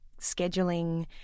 scheduling